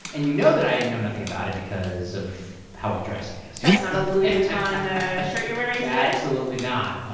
and you know that i know nothing about it because of how i dress, i guess that's not a louis vuitton shirt you're wearing today absolutely not.